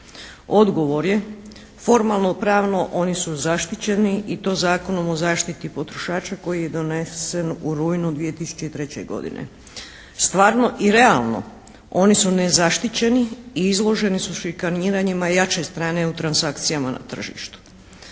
Odgovor je formalnopravno oni su zaštićeni i to Zakonom o zaštiti potrošača koji je donesen u rujnu 2003. godine. Stvarno i realno oni su nezaštićeni i izloženi su šikaniranjima jače strane u transakcijama na tržištu.